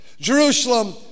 Jerusalem